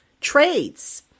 trades